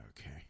Okay